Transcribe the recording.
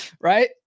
right